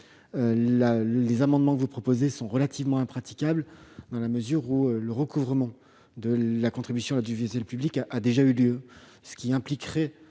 les amendements que vous proposez sont relativement impraticables, dans la mesure où le recouvrement de la contribution audiovisuelle publique a déjà eu lieu. Par conséquent,